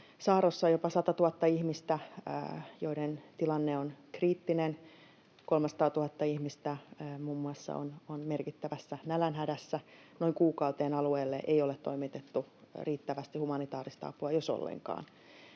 saarrossa jopa 100 000 ihmistä, joiden tilanne on kriittinen. 300 000 ihmistä muun muassa on merkittävässä nälänhädässä. Noin kuukauteen alueelle ei ole toimitettu riittävästi humanitaarista apua, jos ollenkaan.